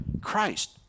Christ